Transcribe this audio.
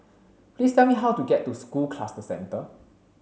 please tell me how to get to School Cluster Centre